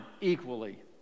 equally